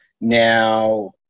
Now